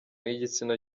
y’igitsina